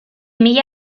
mila